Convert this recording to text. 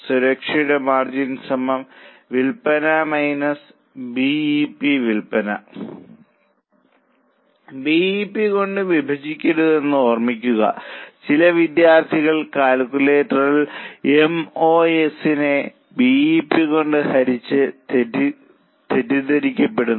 സുരക്ഷയുടെ മാർജിൻ വിൽപ്പന B E P വിൽപ്പന ബി ഇ പി കൊണ്ട് വിഭജിക്കരുതെന്ന് ഓർമ്മിക്കുക ചില വിദ്യാർത്ഥികൾ കാൽക്കുലേറ്ററിൽ എം ഓ എസ് നെ ബി ഇ പി കൊണ്ട് ഹരിച്ച് തെറ്റിദ്ധരിക്കപ്പെടുന്നു